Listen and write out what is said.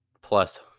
plus